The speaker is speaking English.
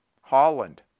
Holland